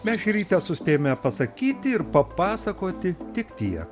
mes čia ryte suspėjome pasakyti ir papasakoti tik tiek